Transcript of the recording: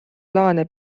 plaane